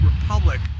republic